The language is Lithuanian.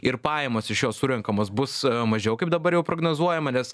ir pajamos iš jo surenkamos bus mažiau kaip dabar jau prognozuojama nes